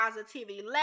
positivity